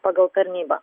pagal tarnybą